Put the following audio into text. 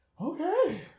Okay